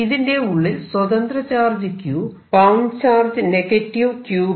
ഇതിന്റെ ഉള്ളിൽ സ്വതന്ത്ര charge Q bound charge Qb എന്നിവയുണ്ട്